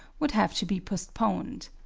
would have to be postponed.